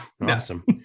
awesome